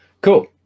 Cool